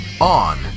On